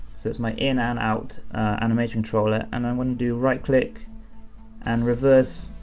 so it's my in and out animationcontroller and i wouldn't do right click and reverse